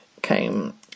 came